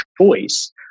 choice